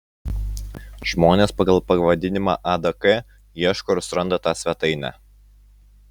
žmonės pagal pavadinimą adk ieško ir suranda tą svetainę